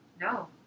No